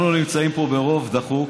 אנחנו נמצאים פה ברוב דחוק.